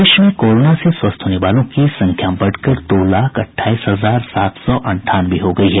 प्रदेश में कोरोना से स्वस्थ होने वालों की संख्या बढ़कर दो लाख अठाईस हजार सात सौ अंठानवे हो गयी है